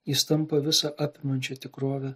jis tampa visa apimančia tikrove